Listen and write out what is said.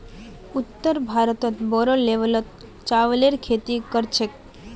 उत्तर भारतत बोरो लेवलत चावलेर खेती कर छेक